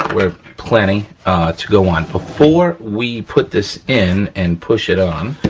we're planning to go on. before we put this in and push it on,